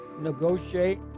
negotiate